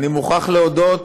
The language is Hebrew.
אני מוכרח להודות